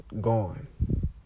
gone